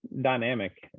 dynamic